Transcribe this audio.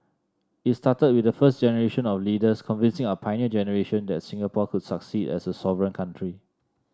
it started with the first generation of leaders convincing our Pioneer Generation that Singapore could succeed as a sovereign country